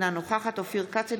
אינה נוכחת אופיר כץ,